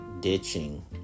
ditching